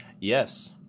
Yes